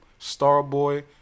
Starboy